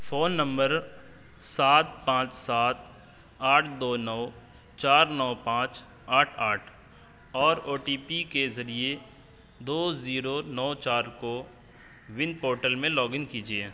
phone نمبر سات پانچ سات آٹھ دو نو چار نو پانچ آٹھ آٹھ اور او ٹی پی کے ذریعے دو زیرو نو چار کو ون پورٹل میں لاگ ان کیجیے